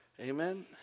Amen